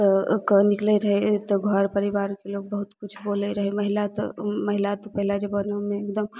कए कऽ निकलय रहय तऽ घर परिवारके लोग बहुत किछु बोलय रहय महिला तऽ महिला तऽ पहिला जमानामे एकदम